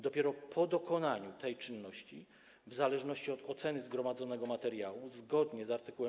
Dopiero po dokonaniu tej czynności w zależności od oceny zgromadzonego materiału zgodnie z art.